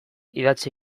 idatzi